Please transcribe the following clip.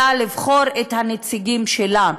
והיכולת שלה לבחור את הנציגים שלה.